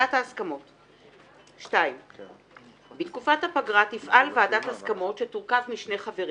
ועדת ההסכמות 2. בתקופת הפגרה תפעל ״ועדת הסכמות״ שתורכב משני חברים: